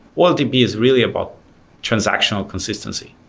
oltp is really about transactional consistency.